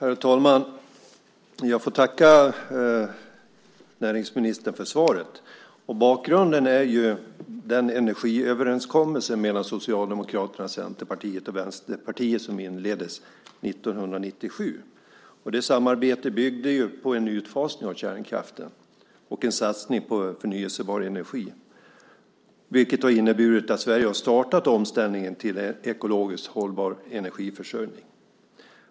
Herr talman! Jag får tacka näringsministern för svaret. Bakgrunden är den energiöverenskommelse mellan Socialdemokraterna, Centerpartiet och Vänsterpartiet som ingicks 1997. Det samarbetet byggde på en utfasning av kärnkraften och en satsning på förnybar energi, vilket har inneburit att Sverige har startat omställningen till en ekologiskt hållbar energiförsörjning.